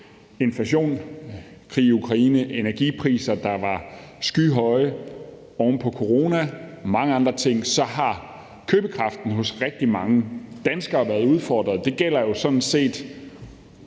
inflation, krig i Ukraine, skyhøje energipriser oven på corona og mange andre ting har købekraften hos rigtig mange danskere været udfordret. Det gælder jo sådan set